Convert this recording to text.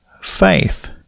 faith